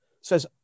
says